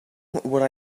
would